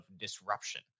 disruption